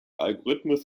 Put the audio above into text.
algorithmus